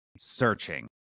Searching